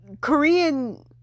korean